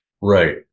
right